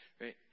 right